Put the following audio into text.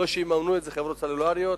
ולא מחקר שיממנו חברות סלולריות,